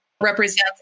represents